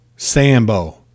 Sambo